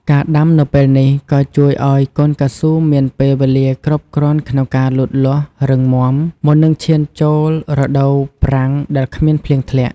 ការដាំនៅពេលនេះក៏ជួយឱ្យកូនកៅស៊ូមានពេលវេលាគ្រប់គ្រាន់ក្នុងការលូតលាស់រឹងមាំ មុននឹងឈានចូលរដូវប្រាំងដែលគ្មានភ្លៀងធ្លាក់។